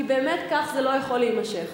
כי באמת כך זה לא יכול להימשך.